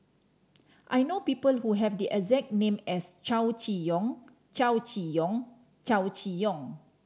I know people who have the exact name as Chow Chee Yong Chow Chee Yong Chow Chee Yong